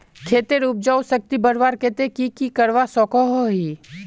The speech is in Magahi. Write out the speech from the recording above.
खेतेर उपजाऊ शक्ति बढ़वार केते की की करवा सकोहो ही?